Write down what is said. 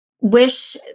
wish